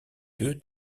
deux